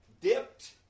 dipped